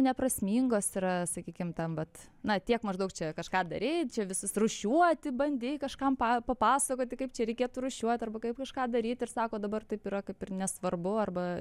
neprasmingos yra sakykim tam vat na tiek maždaug čia kažką darei čia visus rūšiuoti bandei kažkam papasakoti kaip čia reikėtų rūšiuot arba kaip kažką daryt ir sako dabar taip yra kaip ir nesvarbu arba